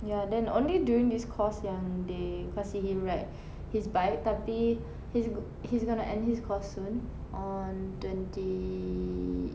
ya then only during this course yang they kasi him ride his bike tapi he's go~ he's gonna end his course soon on twenty